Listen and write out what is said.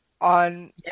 on